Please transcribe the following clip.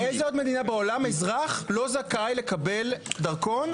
באיזו עוד מדינה בעולם אזרח לא זכאי לקבל דרכון?